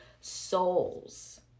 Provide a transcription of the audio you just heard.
souls